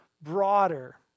broader